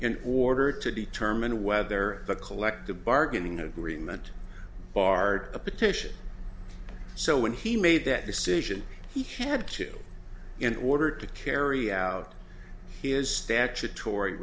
in order to determine whether the collective bargaining agreement barred a petition so when he made that decision he had to in order to carry out his statut